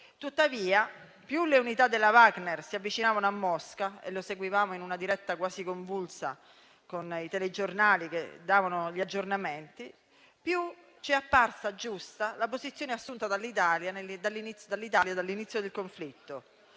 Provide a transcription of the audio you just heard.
tuttavia, più le unità della Wagner si avvicinavano a Mosca (come seguivano in una diretta quasi convulsa con i telegiornali che davano gli aggiornamenti), più ci è apparsa giusta la posizione assunta dall'Italia dall'inizio del conflitto.